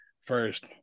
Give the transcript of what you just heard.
first